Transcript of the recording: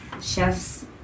chefs